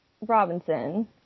Robinson